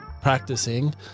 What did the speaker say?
practicing